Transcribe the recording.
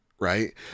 right